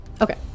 okay